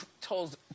Told